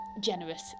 generous